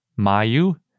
mayu